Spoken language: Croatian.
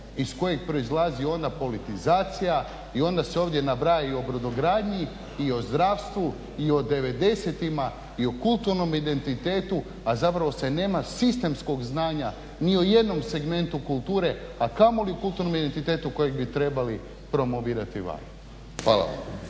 iz kojeg proizlazi ona politizacija i onda se ovdje nabraja i o brodogradnji i o zdravstvu i o devedesetima i o kulturnom identitetu a zapravo se nema sistemskog znanja ni o jednom segmentu kulture a kamoli kulturnom identitetu kojeg bi trebali promovirati vani. Hvala